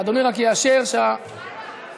אדוני רק יאשר שהקלפי